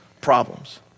problems